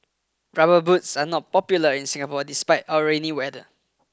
rubber boots are not popular in Singapore despite our rainy weather